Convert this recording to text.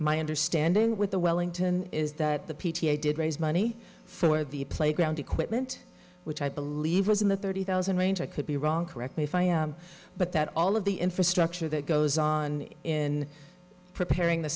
my understanding with the wellington is that the p t a did raise money for the playground equipment which i believe was in the thirty thousand range i could be wrong correct me if i am but that all of the infrastructure that goes on in preparing the